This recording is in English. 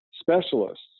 specialists